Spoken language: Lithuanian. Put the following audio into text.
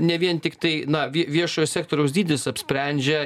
ne vien tiktai na viešojo sektoriaus dydis apsprendžia